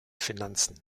finanzen